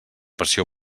passió